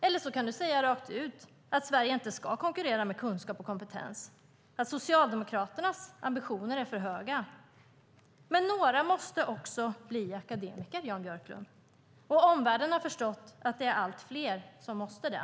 Eller så kan du säga rakt ut att Sverige inte ska konkurrera med kunskap och kompetens och att Socialdemokraternas ambitioner är för höga. Men några måste också bli akademiker, Jan Björklund. Omvärlden har förstått att allt fler måste bli det.